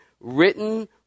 written